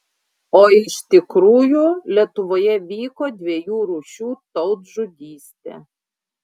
o iš tikrųjų lietuvoje vyko dviejų rūšių tautžudystė